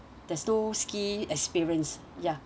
there's no ski experience ya